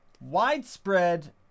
widespread